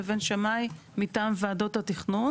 לבין שמאי מטעם וועדות התכנון.